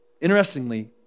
Interestingly